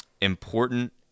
important